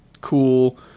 cool